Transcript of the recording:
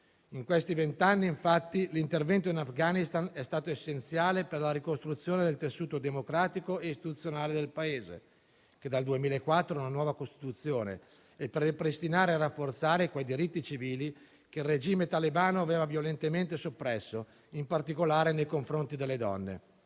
In questi venti anni, infatti, l'intervento in Afghanistan è stato essenziale per la ricostruzione del tessuto democratico e istituzionale del Paese, che dal 2004 ha una nuova Costituzione, e per ripristinare e rafforzare quei diritti civili che il regime talebano aveva violentemente soppresso, in particolare nei confronti delle donne.